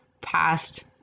past